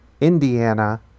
indiana